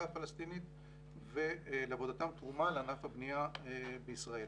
הפלסטינית ולעבודתם תרומה לענף הבנייה בישראל.